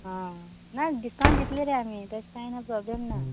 आं नां डिस्कावंट दितलें रे आमी तशें काय ना प्रोबल्म ना